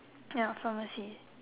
ya pharmacy